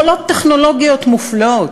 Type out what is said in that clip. יכולות טכנולוגיות מופלאות.